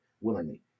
willingly